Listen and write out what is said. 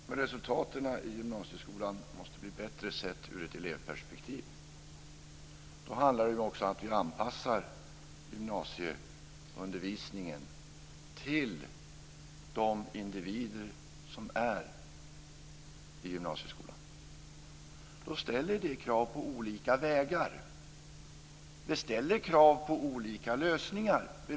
Fru talman! Resultaten i gymnasieskolan måste bli bättre sett ur elevperspektiv. Det handlar om att vi anpassar gymnasieundervisningen till de individer som är i gymnasieskolan. Det ställer krav på olika vägar. Det ställer krav på olika lösningar.